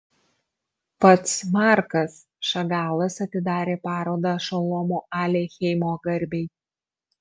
pats markas šagalas atidarė parodą šolomo aleichemo garbei